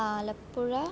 Alappuzha